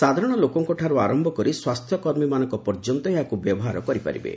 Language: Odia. ସାଧାରଣ ଲୋକଙ୍କଠାରୁ ଆରମ୍ଭ କରି ସ୍ୱାସ୍ଥ୍ୟକର୍ମୀମାନଙ୍କ ପର୍ଯ୍ୟନ୍ତ ଏହାକୁ ବ୍ୟବହାର କରିପାରିବେ